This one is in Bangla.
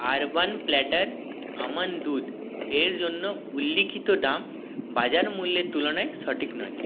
আরবান প্ল্যাটার আমন্ড দুধ এর জন্য উল্লিখিত দাম বাজার মূল্যের তুলনায় সঠিক নয়